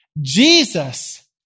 Jesus